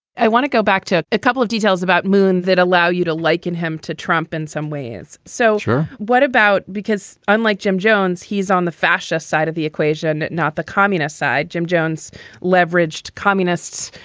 i want to go back to a couple of details about moon that allow you to liken him to trump in some ways. soldier what about? because unlike jim jones, he's on the fascist side of the equation, not the communist side. jim jones leveraged communists,